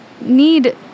need